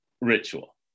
ritual